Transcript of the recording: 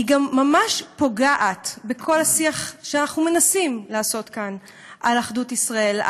היא גם ממש פוגעת בכל השיח שאנחנו מנסים לעשות כאן על אחדות ישראל,